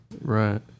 Right